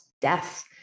death